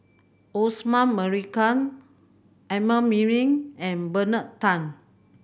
Osman Merican Amrin Amin and Bernard Tan